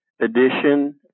edition